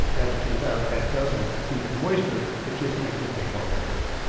as it turns out, that doesn't keep it moister, it just makes it take longer to cook